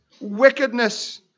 wickedness